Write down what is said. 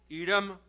Edom